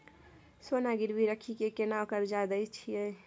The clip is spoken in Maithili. सोना गिरवी रखि के केना कर्जा दै छियै?